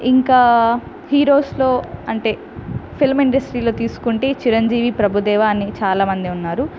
ఇంకా హీరోస్లో అంటే ఫిల్మ్ ఇండస్ట్రీలో తీసుకుంటే చిరంజీవి ప్రభుదేవా అని చాలామంది ఉన్నారు